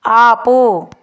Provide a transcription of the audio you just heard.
ఆపు